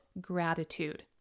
gratitude